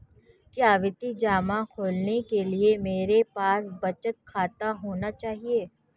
क्या आवर्ती जमा खोलने के लिए मेरे पास बचत खाता होना चाहिए?